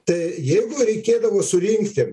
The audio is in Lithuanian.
tai jeigu reikėdavo surinkti